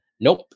nope